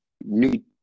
new